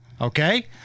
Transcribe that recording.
Okay